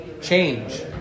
change